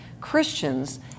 Christians